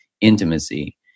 intimacy